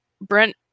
Brent